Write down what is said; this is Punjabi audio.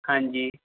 ਹਾਂਜੀ